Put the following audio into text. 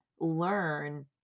learn